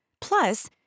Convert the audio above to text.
Plus